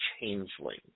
Changeling